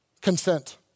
Consent